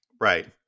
right